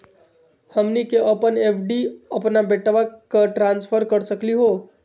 हमनी के अपन एफ.डी अपन बेटवा क ट्रांसफर कर सकली हो?